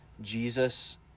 Jesus